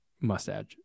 mustache